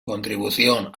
contribución